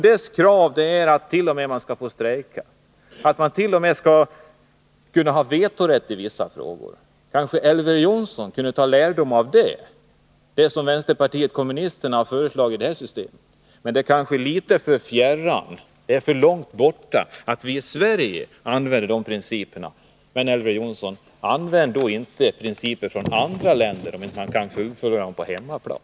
Dess krav är att man t.o.m. skall ha rätt att strejka, att man t.o.m. skall ha vetorätt i vissa frågor. Kanske Elver Jonsson kunde ta lärdom av det som vänsterpartiet kommunisterna har föreslagit för vårt system. Det är kanske litet för fjärran för Elver Jonsson att i Sverige använda sådana principer. Men, Elver Jonsson, använd då inte heller exempel på principer från andra länder som inte kan tillämpas på hemmaplan!